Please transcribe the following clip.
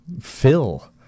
fill